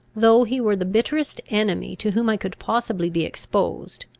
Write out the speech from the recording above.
though he were the bitterest enemy to whom i could possibly be exposed,